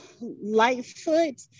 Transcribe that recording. Lightfoot